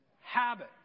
habit